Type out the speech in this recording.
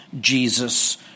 Jesus